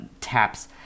taps